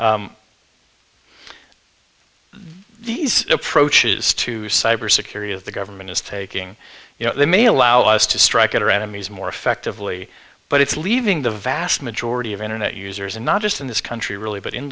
these approaches to cyber security if the government is taking you know they may allow us to strike at our enemies more effectively but it's leaving the vast majority of internet users and not just in this country really but in